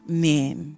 Amen